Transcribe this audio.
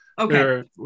Okay